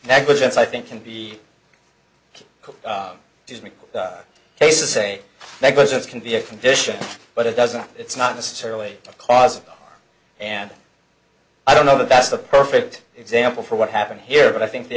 negligence i think can be does make cases say negligence can be a condition but it doesn't it's not necessarily a cause and i don't know that's the perfect example for what happened here but i think the